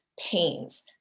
pains